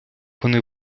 вони